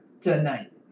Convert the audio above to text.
tonight